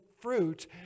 fruit